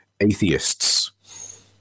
atheists